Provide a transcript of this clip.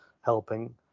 helping